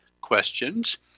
questions